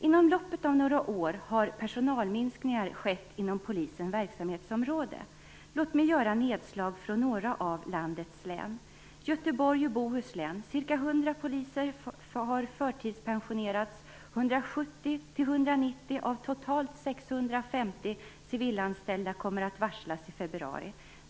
Under några år har personalminskningar skett inom polisens verksamhetsområde. Låt mig göra nedslag i några av landets län: Göteborgs och Bohus län: Ca 100 poliser har förtidspensionerats och 170-190 av totalt 650 civilanställda kommer att varslas i februari.